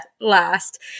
last